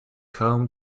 home